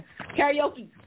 Karaoke